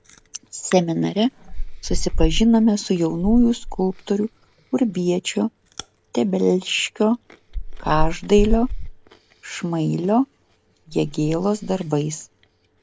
seminare susipažinome su jaunųjų skulptorių urbiečio tebelškio každailio šmailio jagėlos darbais